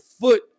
foot